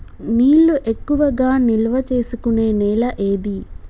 నీళ్లు ఎక్కువగా నిల్వ చేసుకునే నేల ఏది?